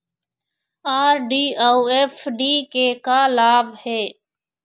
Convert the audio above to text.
RD अऊ FD के का लाभ हे?